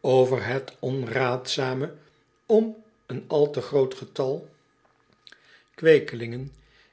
over het onraadzame om een al te groot getal kweekelingen